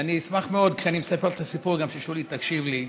ואני אשמח מאוד כשאני מספר את הסיפור ששולי תקשיב לי.